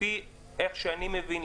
לפי איך שאני מבין,